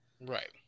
Right